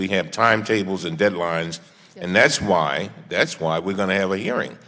we have timetables and deadlines and that's why that's why we're going to have a hearing